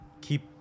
keep